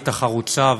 החרוצה,